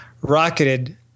rocketed